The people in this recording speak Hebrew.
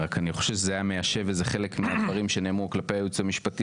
אני רק חושב שזה היה מיישב חלק מהדברים שנאמרו כלפי הייעוץ המשפטי